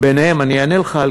זה לא מדויק.